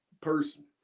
person